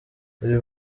uyu